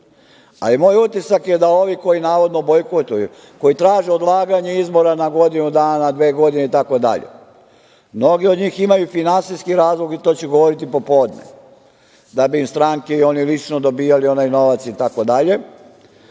utisak je da ovi koji navodno bojkotuju, koji traže odlaganje izbora na godinu dana, dve godine itd. mnogi od njih imaju finansijski razlog i to ću govoriti popodne, da bi im stranke i oni lično dobijali onaj novac itd.